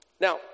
Now